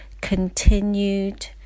continued